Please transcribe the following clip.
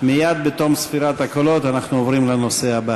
מייד בתום ספירת הקולות אנחנו עוברים לנושא הבא.